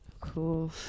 Cool